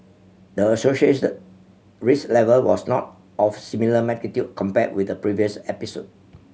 the associated risk level was not of similar magnitude compared with the previous episode